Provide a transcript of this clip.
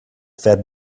fed